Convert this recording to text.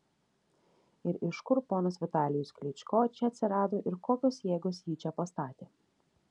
ir iš kur ponas vitalijus klyčko čia atsirado ir kokios jėgos jį čia pastatė